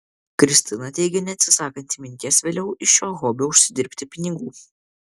kristina teigė neatsisakanti minties vėliau iš šio hobio užsidirbti pinigų